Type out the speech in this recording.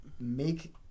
make